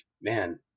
man